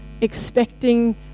expecting